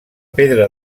pedra